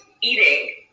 eating